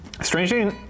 strangely